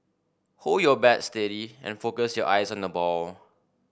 hold your bat steady and focus your eyes on the ball